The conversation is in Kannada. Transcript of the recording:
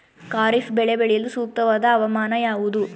ಖಾರಿಫ್ ಬೆಳೆ ಬೆಳೆಯಲು ಸೂಕ್ತವಾದ ಹವಾಮಾನ ಯಾವುದು?